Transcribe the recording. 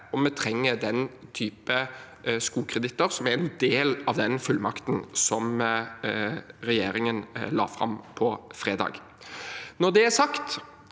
om vi trenger slike skogkreditter, som er en del av den fullmakten som regjeringen la fram på fredag. Når det er sagt,